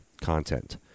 content